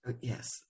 Yes